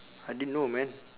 I didn't know man